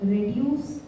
Reduce